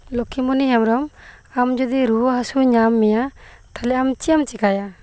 ᱞᱚᱠᱠᱷᱤ ᱢᱚᱱᱤ ᱦᱮᱢᱵᱨᱚᱢ ᱟᱢ ᱡᱩᱫᱤ ᱨᱩᱣᱟᱹ ᱦᱟᱹᱥᱩ ᱧᱟᱢ ᱢᱮᱭᱟ ᱛᱟᱞᱦᱮ ᱟᱢ ᱪᱮᱜ ᱮᱢ ᱪᱮᱠᱟᱭᱟ